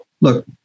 Look